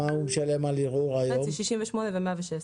68 ו-116.